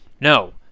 No